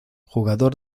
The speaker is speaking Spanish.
jugador